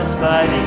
Bye